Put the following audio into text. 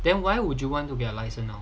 then why would you want to get a license now